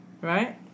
right